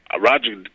Roger